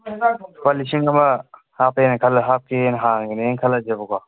ꯂꯨꯄꯥ ꯂꯤꯁꯤꯡ ꯑꯃ ꯍꯥꯞꯄꯦꯅ ꯈꯜꯂꯣ ꯍꯥꯞꯀꯦꯅ ꯍꯥꯡꯂꯤꯅꯦꯅ ꯈꯜꯂꯁꯦꯕꯀꯣ